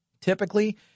Typically